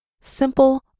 simple